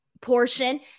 portion